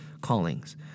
callings